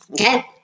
okay